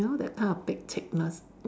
you know that kind of pek cek-ness